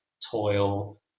toil